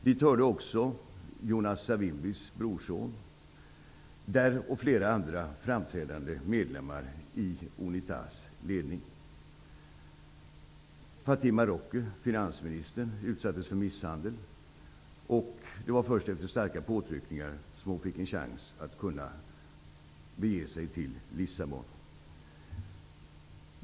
Dit hörde också Jonas Fatima Roque, utsattes för misshandel, och först efter starka påtryckningar fick hon en chans att bege sig till Lissabon.